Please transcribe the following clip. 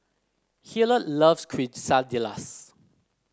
Hilliard loves Quesadillas